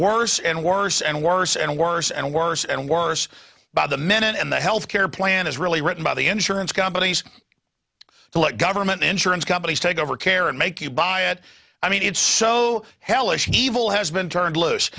worse and worse and worse and worse and worse and worse by the minute and the health care plan is really written by the insurance companies to let government insurance companies take over care and make you buy it i mean it's so hellish and evil has been turned loose